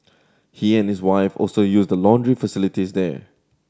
he and his wife also use the laundry facilities there